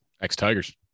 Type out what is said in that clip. Ex-Tigers